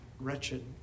wretched